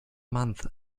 month